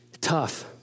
tough